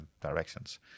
directions